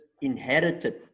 inherited